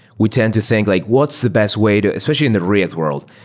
we tend to think like what's the best way to especially in the react world.